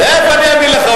איפה אני אאמין לך?